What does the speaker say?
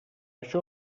això